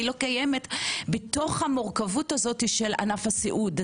היא לא קיימת בתוך המורכבות הזאת של ענף הסיעוד.